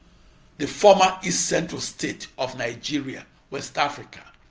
the former east-central state of nigeria, west africa.